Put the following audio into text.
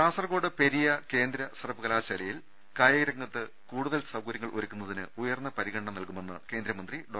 കാസർകോഡ് പെരിയ കേന്ദ്ര സർവകലാശാലയിൽ കായിക രംഗത്ത് കൂടുതൽ സൌകര്യങ്ങൾ ഒരുക്കുന്നതിന് ഉയർന്ന പരിഗണന നൽകുമെന്ന് കേന്ദ്ര മന്ത്രി ഡോ